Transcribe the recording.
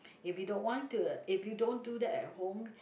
if you don't want to uh if you don't do that at home